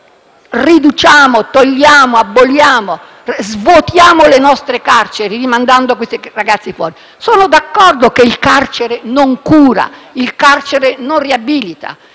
allora riduciamo, togliamo, aboliamo, svuotiamo le nostre carceri, mandando questi ragazzi fuori». Sono d'accordo che il carcere non cura e non riabilita.